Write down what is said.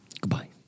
Goodbye